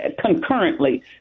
concurrently